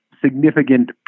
significant